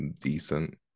decent